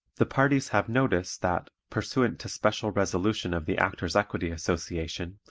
the parties have notice that, pursuant to special resolution of the actors' equity association,